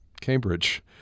Cambridge